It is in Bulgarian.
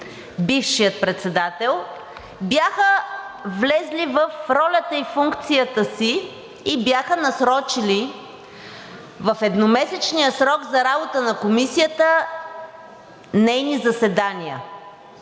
бившият председател, бяхте влезли в ролята и функцията си и бяхте насрочили в едномесечния срок за работата на Комисията нейни заседания.